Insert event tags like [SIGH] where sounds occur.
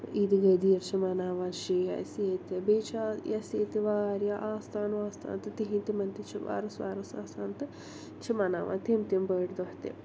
عیدِ غٔدیٖر چھِ مناوان شِہہ اَسہِ ییٚتہِ بیٚیہِ چھِ [UNINTELLIGIBLE] یۄس ییٚتہِ واریاہ آستان واستان تہٕ تِہِنٛدۍ تِمَن تہِ چھِ وَرُس وَرُس آسان تہٕ چھِ مناوان تِم تِم بٔڑۍ دۄہ تہِ